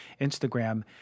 instagram